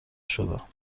شدم